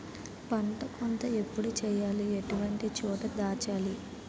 పంట కోత ఎప్పుడు చేయాలి? ఎటువంటి చోట దాచాలి?